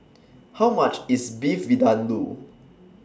How much IS Beef Vindaloo